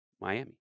Miami